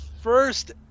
first